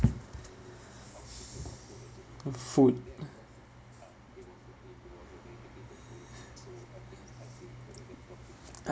good food I